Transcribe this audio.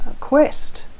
quest